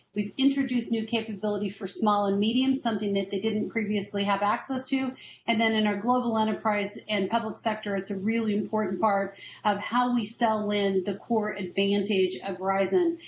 we have introduced new capability for small and medium, something that they didn't previously have access to and then in our global enterprise and public sector it's a really important part of how we so fell in the core advantage of verizon.